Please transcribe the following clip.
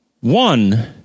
one